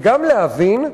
וגם להבין,